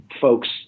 folks